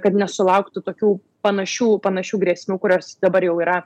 kad nesulauktų tokių panašių panašių grėsmių kurios dabar jau yra